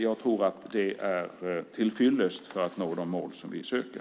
Jag tror att det är till fyllest för att nå de mål som vi söker.